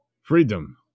Freedom